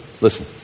listen